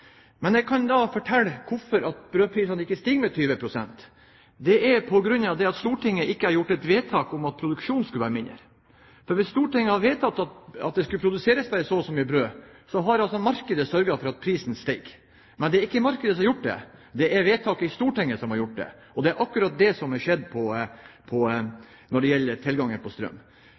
Men jeg kan fortelle hvorfor brødprisene ikke stiger med 20 pst. Det er fordi Stortinget ikke har gjort et vedtak om at produksjonen skal være mindre. Hvis Stortinget hadde vedtatt at det skulle produseres bare så og så mye brød, hadde markedet sørget for at prisen steg. Men det er ikke markedet som har gjort det. Det er vedtak i Stortinget som har gjort det. Det er akkurat det som har skjedd når det gjelder tilgangen på strøm.